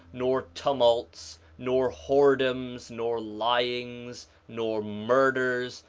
nor tumults, nor whoredoms, nor lyings, nor murders,